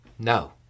No